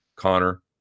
Connor